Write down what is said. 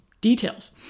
details